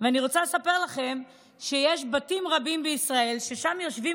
אני רוצה לספר לכם שיש בתים רבים בישראל ששם יושבים